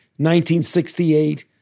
1968